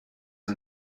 and